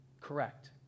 Correct